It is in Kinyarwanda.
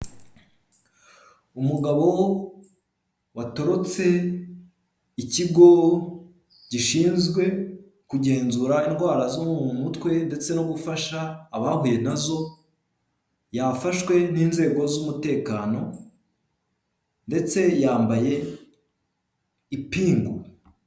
Umugabo watorotse ikigo gishinzwe kugenzura indwara zo mu mutwe ndetse no gufasha abahuye nazo, yafashwe n'inzego z'umutekano ndetse yambaye ipingu.